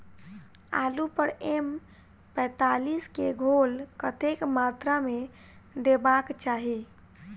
आलु पर एम पैंतालीस केँ घोल कतेक मात्रा मे देबाक चाहि?